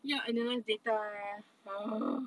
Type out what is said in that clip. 要 analyze data ugh